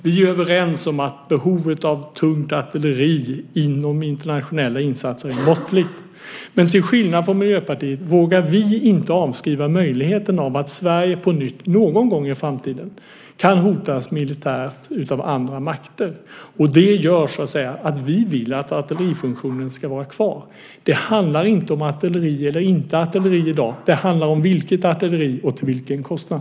Vi är överens om att behovet av tungt artilleri i internationella insatser är måttligt. Men till skillnad från Miljöpartiet vågar vi inte avskriva möjligheten att Sverige någon gång i framtiden kan hotas militärt av andra makter. Det gör att vi vill att artillerifunktionen ska vara kvar. Det handlar inte om artilleri eller inte artilleri i dag. Det handlar om vilket artilleri och till vilken kostnad.